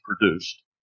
produced